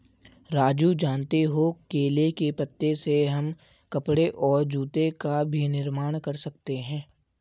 राजू जानते हो केले के पत्ते से हम कपड़े और जूते का भी निर्माण कर सकते हैं